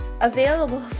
available